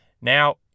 Now